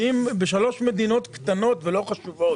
ואם בשלוש מדינות קטנות ולא חשובות